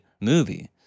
movie